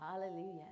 Hallelujah